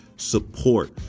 support